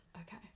Okay